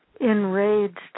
enraged